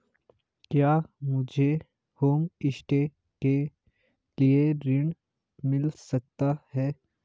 क्या मुझे होमस्टे के लिए ऋण मिल सकता है?